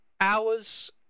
hours